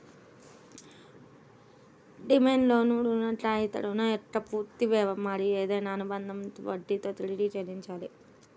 demand లోన్లో రుణగ్రహీత రుణం యొక్క పూర్తి మరియు ఏదైనా అనుబంధిత వడ్డీని తిరిగి చెల్లించాలి